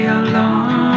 alone